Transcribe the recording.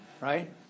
right